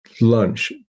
lunch